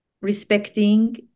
respecting